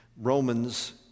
romans